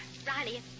Riley